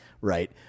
Right